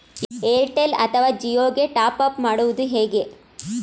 Airtel ಅಥವಾ ಜಿಯೊ ಗೆ top up ಮಾಡುವುದು ಹೇಗೆ?